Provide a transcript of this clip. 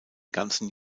ganzen